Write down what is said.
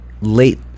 late